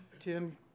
Tim